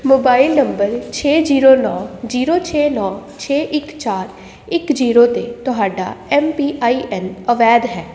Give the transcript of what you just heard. mobile number ਛੇ zero ਨੌਂ zero ਛੇ ਨੌਂ ਛੇ ਇੱਕ ਚਾਰ ਇੱਕ ਜੀਰੋ 'ਤੇ ਤੁਹਾਡਾ ਐਮ ਪੀਆਈਐਨ ਅਵੈਧ ਹੈ